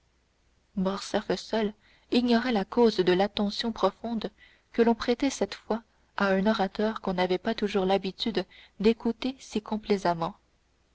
silence morcerf seul ignorait la cause de l'attention profonde que l'on prêtait cette fois à un orateur qu'on n'avait pas toujours l'habitude d'écouter si complaisamment